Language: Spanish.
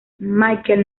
michael